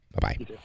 Bye-bye